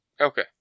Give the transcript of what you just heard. Okay